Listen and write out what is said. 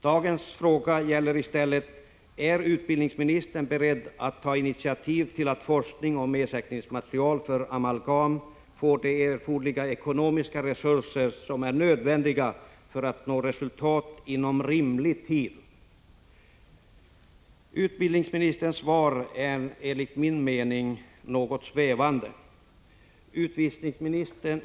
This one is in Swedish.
Dagens fråga gäller i stället: Är utbildningsministern beredd att ta initiativ till att forskning om ersättningsmaterial för amalgam får de erforderliga ekonomiska resurser som är nödvändiga för att man skall kunna nå resultat inom rimlig tid? Utbildningsministerns svar är enligt min mening något svävande.